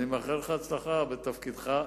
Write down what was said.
אני מאחל לך הצלחה בתפקידך.